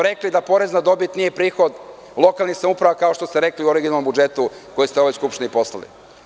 Rekli su vam da porez na dobit nije prihod lokalnih samouprava, kao što ste rekli u originalnom budžetu koji ste ovoj Skupštini poslali.